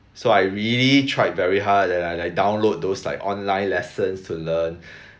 so I really tried very hard and I like download those like online lessons to learn